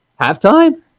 halftime